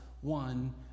one